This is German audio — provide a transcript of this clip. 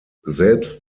selbst